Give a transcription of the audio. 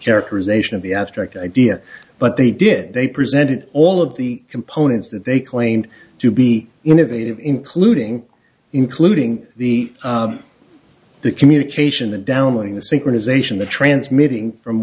characterization of the abstract idea but they did they presented all of the components that they claimed to be innovative including including the communication the downloading the synchronization the transmitting from